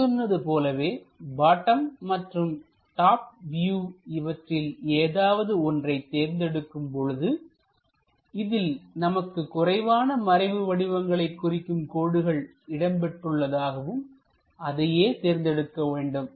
மேற்சொன்னது போலவே பாட்டம் மற்றும் top view இவற்றில் ஏதாவது ஒன்றை தேர்ந்தெடுக்கும் பொழுது இதில் நமக்கு குறைவான மறைவு வடிவங்களைக் குறிக்கும் கோடுகள் இடம்பெற்றுள்ளதாகவும் அதையே தேர்ந்தெடுக்க வேண்டும்